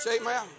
amen